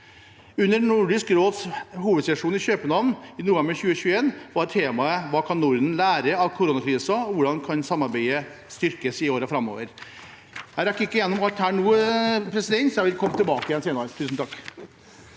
Under Nordisk råds hovedsesjon i København i november 2021 var temaet: Hva kan Norden lære av koronakrisen, og hvordan kan samarbeidet styrkes i årene framover? Jeg rekker ikke gjennom alt nå, president, så jeg vil komme tilbake igjen i et senere